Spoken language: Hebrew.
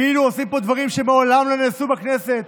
כאילו עושים פה דברים שמעולם לא נעשו בכנסת,